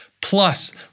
Plus